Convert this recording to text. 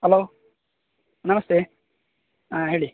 hello ನಮಸ್ತೆ ಹಾಂ ಹೇಳಿ